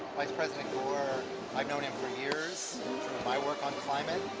vice president gore, i have known him for years through my work on climate,